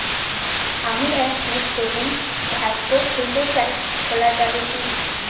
আমি একটি savings passbook খুলতে চাই খোলা যাবে কি?